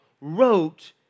wrote